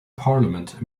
parliament